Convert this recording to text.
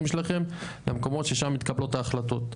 שלכם למקומות ששם מתקבלות ההחלטות.